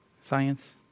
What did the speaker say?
science